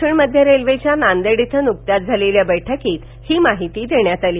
दक्षिण मध्य रेल्वेच्या नांदेड इथं नुकत्याच झालेल्या बैठकीत ही माहिती देण्यात आली